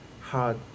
hard